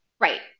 Right